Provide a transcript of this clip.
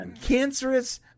cancerous